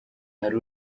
hari